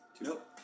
Nope